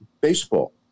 baseball